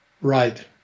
right